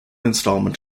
installment